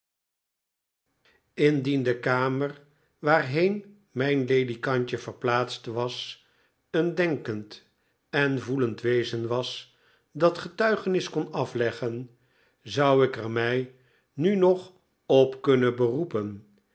indien de kamer waarheen mijn ledikantje verplaatst was een denkend en voelend wezen was dat getuigenis kon afleggen zou ik er mij nu nog op kunnen beroepen